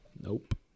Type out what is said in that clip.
nope